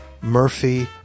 Murphy